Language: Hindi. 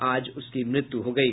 आज उसकी मृत्यु हो गयी